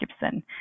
Gibson